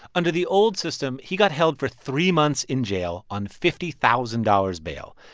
under the old system, he got held for three months in jail on fifty thousand dollars bail.